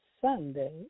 Sunday